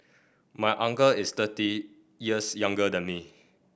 my uncle is thirty years younger than me